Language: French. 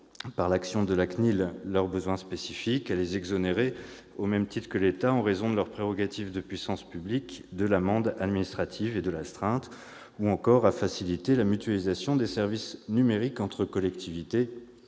à l'action de la CNIL, leurs besoins spécifiques, à les exonérer, au même titre que l'État, en raison de leurs prérogatives de puissance publique, de l'amende administrative et de l'astreinte, à faciliter la mutualisation des services numériques entre collectivités, ou encore